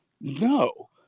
no